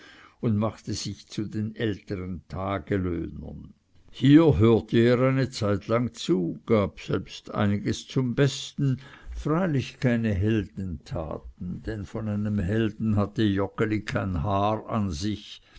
und machte sich zu den ältern tagelöhnern hier hörte er eine zeitlang zu gab selbst einiges zum besten freilich keine heldentaten denn von einem helden hatte joggeli kein haar an sich